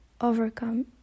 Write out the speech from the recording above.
overcome